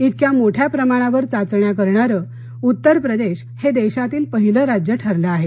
इतक्या मोठ्या प्रमाणावर चाचण्या करणारं उत्तर प्रदेश देशातील पहिलं राज्य ठरलं आहे